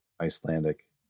Icelandic